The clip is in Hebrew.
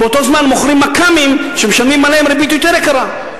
ובאותו זמן מוכרים מק"מים שמשלמים עליהם ריבית יותר יקרה.